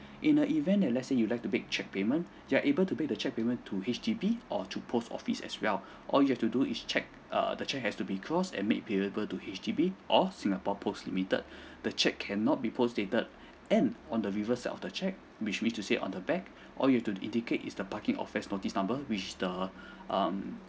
in the event that let's say you'd like to make cheque payment you're able to pay the cheque payment to H_D_B or to post office as well all you have to do is cheque err the cheque has to be crossed and make payable to H_D_B or singapore post limited the cheque cannot be postdated and on the reversed side of the cheque which means to say on the back all you have to indicate is the parking offence notice number which is the um